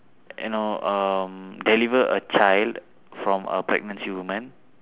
you know um deliver a child from a pregnancy woman